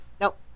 nope